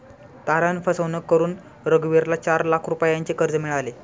तारण फसवणूक करून रघुवीरला चार लाख रुपयांचे कर्ज मिळाले